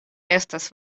estas